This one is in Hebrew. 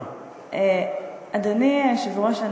אדוני היושב-ראש,